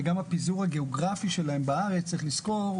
וגם הפיזור הגיאוגרפי שלהם בארץ צריך לזכור,